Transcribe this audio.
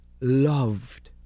loved